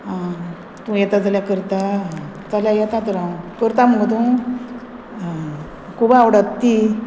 आं तूं येता जाल्यार करता चलया येता तर हांव करता मगो तूं आ खूब आवडत ती